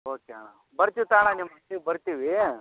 okay ಅಣ್ಣ ಬರ್ತಿವಿ ತಾಳು ಅಣ್ಣ ನಿಮ್ಮ ಅಂಗ್ಡಿಗೆ ಬರ್ತೀವಿ